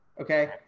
Okay